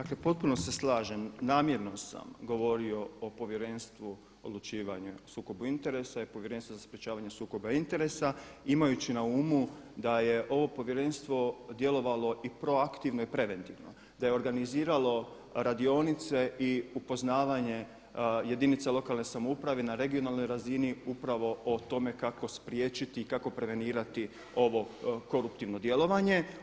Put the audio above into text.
Dakle potpuno se slažem, namjerno sam govorio o Povjerenstvu odlučivanje o sukobu interesa i Povjerenstvo za sprječavanja sukoba interesa imajući na umu da je ovo Povjerenstvo djelovalo i proaktivno i preventivno, da je organiziralo radionice i upoznavanje jedinica lokalne samouprave na regionalnoj razini upravo o tome kako spriječiti i kako prevenirati ovo koruptivno djelovanje.